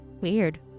weird